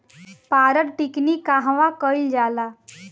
पारद टिक्णी कहवा कयील जाला?